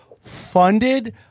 funded